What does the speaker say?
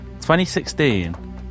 2016